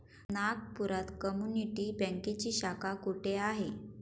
नागपुरात कम्युनिटी बँकेची शाखा कुठे आहे?